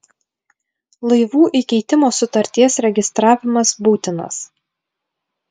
laivų įkeitimo sutarties registravimas būtinas